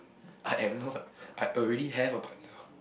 I am not I already have a partner